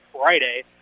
Friday